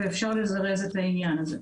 אפשר לזרז את העניין הזה.